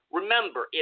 remember